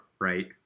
Right